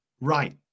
right